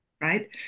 right